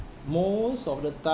most of the time